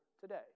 today